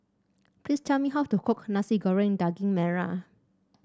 please tell me how to cook Nasi Goreng Daging Merah